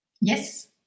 Yes